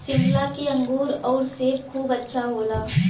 शिमला के अंगूर आउर सेब खूब अच्छा होला